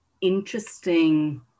interesting